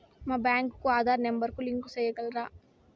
మా బ్యాంకు కు ఆధార్ నెంబర్ కు లింకు సేయగలరా?